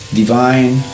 divine